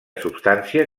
substància